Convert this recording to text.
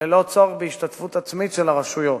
ללא צורך בהשתתפות עצמית של הרשויות.